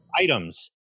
items